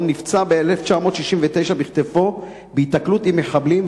נפצע ב-1969 בכתפו בהיתקלות עם מחבלים,